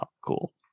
cool